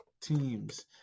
teams